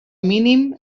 mínim